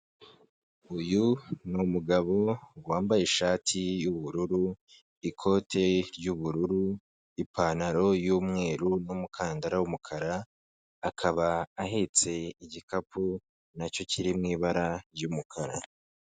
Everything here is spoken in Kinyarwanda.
Uyu ni umugabo wambaye ishati y'ubururu, ikote ry'ubururu, ipantaro y'umweru n'umukandara w'umukara, akaba ahetse igikapu na cyo kiri mu ibara ry'umukara.